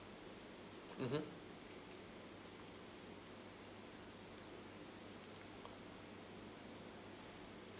mmhmm